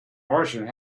merchant